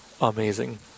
amazing